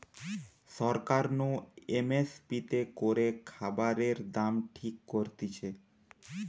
সরকার নু M S P তে করে খাবারের দাম ঠিক করতিছে